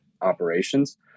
operations